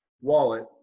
wallet